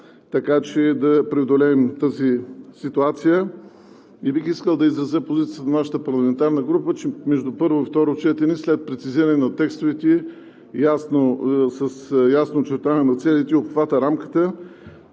така че да преодолеем тази ситуация. Бих искал да изразя позицията на нашата парламентарна група, че между първо и второ четене, след прецизиране на текстовете с ясно очертаване на обхвата, рамката